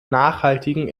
nachhaltigen